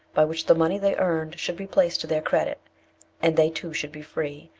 by which the money they earned should be placed to their credit and they too should be free,